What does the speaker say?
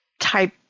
type